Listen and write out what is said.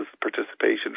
participation